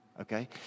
Okay